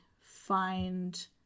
find